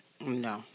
No